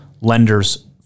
lenders